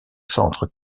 centre